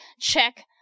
check